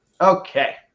Okay